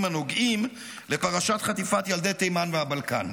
הנוגעים לפרשת חטיפת ילדי תימן והבלקן,